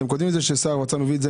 אתם כותבים שהשר מעביר את זה